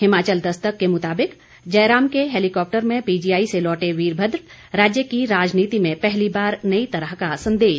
हिमाचल दस्तक के मुताबिक जयराम के हैलीकॉप्टर में पीजीआई से लौटे वीरभद्र राज्य की राजनीति में पहली बार नई तरह का संदेश